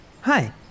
Hi